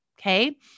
okay